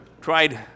tried